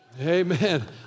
amen